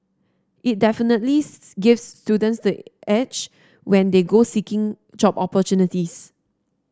it definitely gives students the edge when they go seeking job opportunities